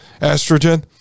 estrogen